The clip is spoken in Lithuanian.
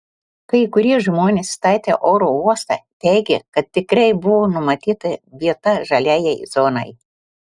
kai kurie žmonės statę oro uostą teigė kad tikrai buvo numatyta vieta žaliajai zonai